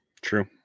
True